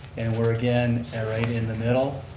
and we're again right in the middle.